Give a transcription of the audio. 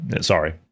sorry